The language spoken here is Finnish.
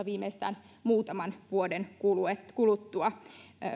viimeistään muutaman vuoden kuluttua